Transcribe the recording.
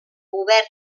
govern